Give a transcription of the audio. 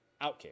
Outkick